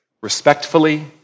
Respectfully